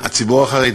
שלקחתי חצי דקה,